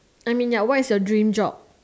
I mean ya what is your dream job